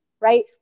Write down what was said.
right